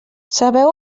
sabeu